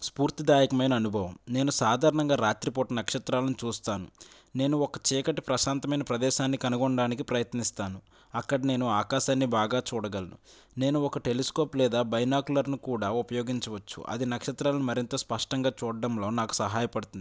స్ఫూర్తిదాయకమైన అనుభవం నేను సాధారణంగా రాత్రి పూట నక్షత్రాలను చూస్తాను నేను ఒక చీకటి ప్రశాంతమైన ప్రదేశాన్ని కనుగొనడానికి ప్రయత్నిస్తాను అక్కడ నేను ఆకాశాన్ని బాగా చూడగలను నేను ఒక టెలిస్కోప్ లేదా బైనాకులర్ను కూడా ఉపయోగించవచ్చు అది నక్షత్రాలును మరింత స్పష్టంగా చూడ్డంలో నాకు సహాయపడుతుంది